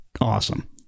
awesome